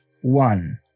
One